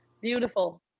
Beautiful